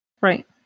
Right